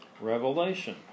Revelation